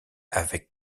avec